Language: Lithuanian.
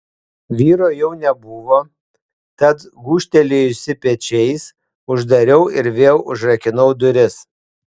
vyro jau nebuvo tad gūžtelėjusi pečiais uždariau ir vėl užrakinau duris